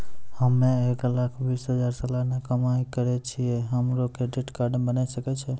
हम्मय एक लाख बीस हजार सलाना कमाई करे छियै, हमरो क्रेडिट कार्ड बने सकय छै?